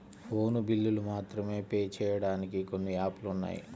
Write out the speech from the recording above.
phone బిల్లులు మాత్రమే pay చెయ్యడానికి కొన్ని యాపులు ఉన్నాయి